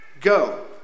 Go